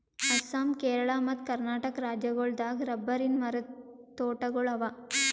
ಅಸ್ಸಾಂ ಕೇರಳ ಮತ್ತ್ ಕರ್ನಾಟಕ್ ರಾಜ್ಯಗೋಳ್ ದಾಗ್ ರಬ್ಬರಿನ್ ಮರದ್ ತೋಟಗೋಳ್ ಅವಾ